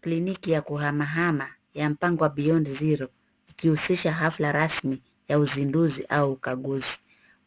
Kliniki ya kuhamahama ya mpango wa Beyond Zero iki husisha hafla rasmi ya uzinduzi au ukaguzi.